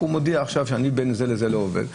הוא מודיע שבין כך לכך הוא לא עובד,